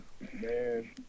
Man